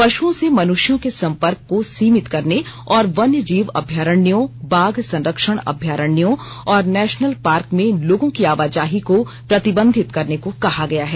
पशुओं से मनुष्यों के सम्पर्क को सीमित करने और वन्य जीव अभयारण्यों बाघ संरक्षण अभयारण्यों और नेशनल पार्क में लोगों की आवाजाही को प्रतिबंधित करने को कहा गया है